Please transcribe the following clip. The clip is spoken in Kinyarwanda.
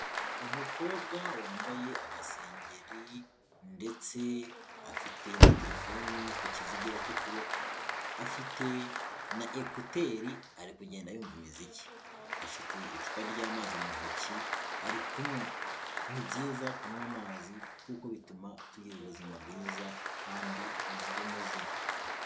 Umukobwa wambaye agasengeri ndetse afite na telefoni ku kizigira cy'ukuboko afite na ekuteri arikugenda yumva imiziki. Afite icupa ry'amazi mu ntoki arikunywa. Ni byiza kunywa amazi kuko bituma tugira ubuzima bwiza kandi buzira umuze.